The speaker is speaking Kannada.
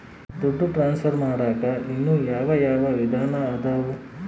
ದುಡ್ಡು ಟ್ರಾನ್ಸ್ಫರ್ ಮಾಡಾಕ ಇನ್ನೂ ಯಾವ ಯಾವ ವಿಧಾನ ಅದವು?